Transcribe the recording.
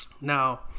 Now